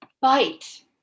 bite